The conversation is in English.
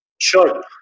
Sure